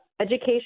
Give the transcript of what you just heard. education